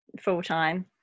full-time